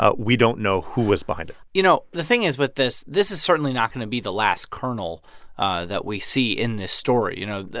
ah we don't know who was behind it you know, the thing is with this this is certainly not going to be the last kernel that we see in this story. you know,